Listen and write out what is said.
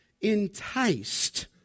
Enticed